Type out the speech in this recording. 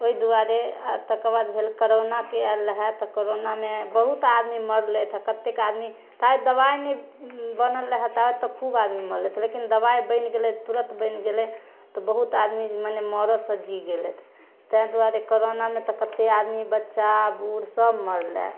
ओहि दुआरे आ तकर बाद भेल करोना के आयल रहै तऽ करोना मे बहुत आदमी मरलै तऽ कतेक आदमी तऽ दबाइ नहि बनल रहै ताबे तक खूब आदमी मरल रहै लेकिन दबाइ बनि गेलै तुरत बनि गेलै तऽ बहुत आदमी मने मरऽ से जी गेलै ताहि दुआर करोना मे तऽ कते आदमी बच्चा बूढ़ सभ मरलै